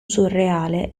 surreale